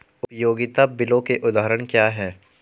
उपयोगिता बिलों के उदाहरण क्या हैं?